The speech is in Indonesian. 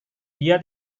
dia